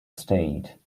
state